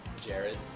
Jared